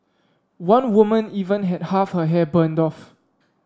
one woman even had half her hair burned off